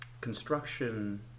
construction